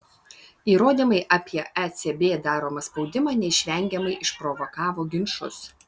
įrodymai apie ecb daromą spaudimą neišvengiamai išprovokavo ginčus